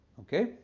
Okay